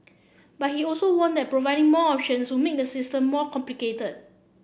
but he also warned that providing more options would make the system more complicated